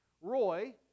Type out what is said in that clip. Roy